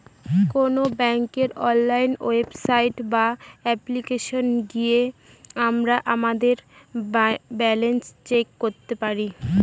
কোন ব্যাঙ্কের online website বা অ্যাপ্লিকেশনে গিয়ে আমরা আমাদের ব্যালান্স চেক করতে পারি